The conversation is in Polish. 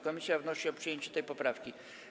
Komisja wnosi o przyjęcie tej poprawki.